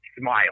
smile